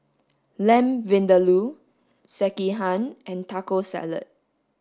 Lamb Vindaloo Sekihan and Taco Salad